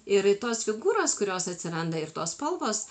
ir tos figūros kurios atsiranda ir tos spalvos